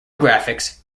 graphics